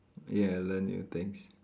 ya learn new things